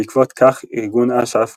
בעקבות כך ארגון אש"ף